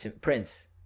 Prince